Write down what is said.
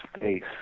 face